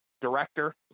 director